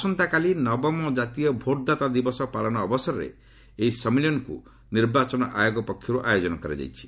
ଆସନ୍ତା କାଲି ନବମ ଜାତୀୟ ଭୋଟ୍ଦାତା ଦିବସ ପାଳନ ଅବସରରେ ଏହି ସମ୍ମିଳନୀକୁ ନିର୍ବାଚନ ଆୟୋଗ ପକ୍ଷରୁ ଆୟୋଜନ କରାଯାଇଛି